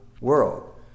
world